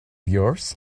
yours